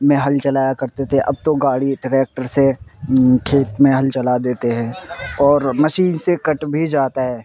میں حل چلایا کرتے تھے اب تو گاڑی ٹریکٹر سے کھیت میں حل چلا دیتے ہیں اور مشین سے کٹ بھی جاتا ہے